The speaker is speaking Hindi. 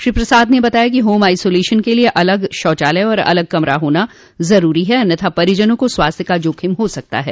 श्री प्रसाद ने बताया कि होम आइसोलेशन के लिये अलग शौचालय और अलग कमरा होना जरूरी है अन्यथा परिजनों को स्वास्थ्य का जोखिम हो सकता है